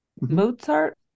Mozart